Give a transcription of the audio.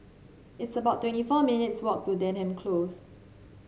it's about twenty four minutes walk to Denham Close